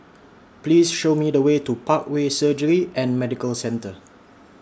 Please Show Me The Way to Parkway Surgery and Medical Centre